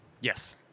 Yes